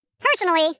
Personally